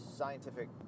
scientific